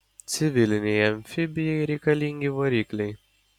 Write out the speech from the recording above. civilinei amfibijai reikalingi varikliai